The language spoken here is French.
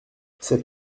cette